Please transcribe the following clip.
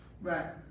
Right